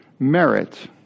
Merit